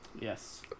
Yes